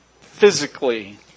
physically